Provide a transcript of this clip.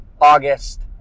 August